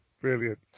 Brilliant